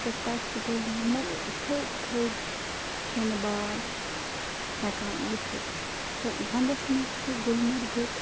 تہٕ تَتہِ چھِ تِمو تھٔد تھٔد شینہٕ بال ہیٚکان وٕچتھ تہٕ ونٛدس منٛز چھُ گُلمرگُک